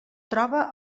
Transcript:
troba